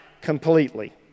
completely